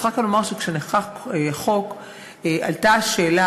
אני צריכה כאן לומר שכשנחקק החוק עלתה השאלה